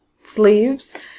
sleeves